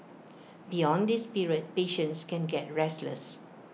beyond this period patients can get restless